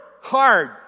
hard